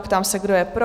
Ptám se, kdo je pro?